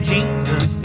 Jesus